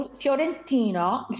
Fiorentino